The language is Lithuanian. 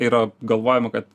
yra galvojama kad